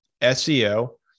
SEO